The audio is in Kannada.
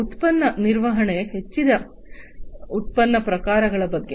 ಉತ್ಪನ್ನ ನಿರ್ವಹಣೆ ಹೆಚ್ಚಿದ ಉತ್ಪನ್ನ ಪ್ರಕಾರಗಳ ಬಗ್ಗೆ